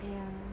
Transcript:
ya